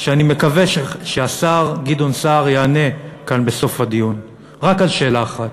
אני מקווה שהשר גדעון סער יענה כאן בסוף הדיון רק על שאלה אחת: